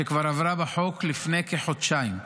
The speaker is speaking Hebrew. שכבר עברה בחוק לפני כחודשיים.